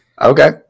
Okay